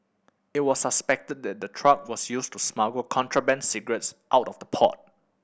it was suspected that the truck was used to smuggle contraband cigarettes out of the port